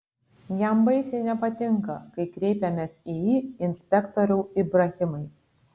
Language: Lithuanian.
jam baisiai nepatinka kai kreipiamės į jį inspektoriau ibrahimai